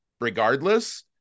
regardless